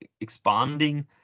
expanding